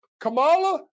Kamala